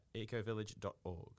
ecovillage.org